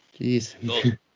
Jeez